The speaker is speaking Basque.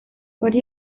hori